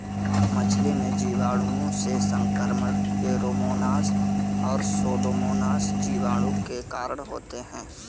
मछली में जीवाणुओं से संक्रमण ऐरोमोनास और सुडोमोनास जीवाणु के कारण होते हैं